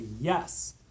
yes